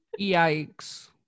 Yikes